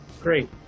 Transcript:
great